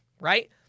right